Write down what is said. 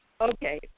Okay